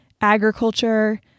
agriculture